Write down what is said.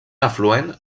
afluent